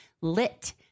Lit